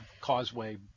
Causeway